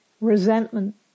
resentment